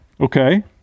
Okay